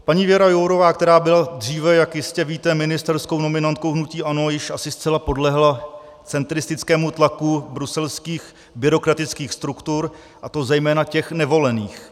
Paní Věra Jourová, která byla dříve, jak jistě víte, ministerskou nominantkou hnutí ANO, již asi zcela podlehla centristickému tlaku bruselských byrokratických struktur, a to zejména těch nevolených.